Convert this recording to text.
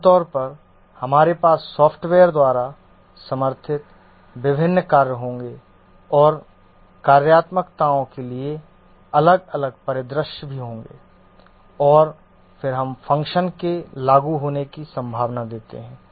आमतौर पर हमारे पास सॉफ्टवेयर द्वारा समर्थित विभिन्न कार्य होंगे और कार्यात्मकताओं के लिए अलग अलग परिदृश्य भी होंगे और फिर हम फ़ंक्शन के लागू होने की संभावना देते हैं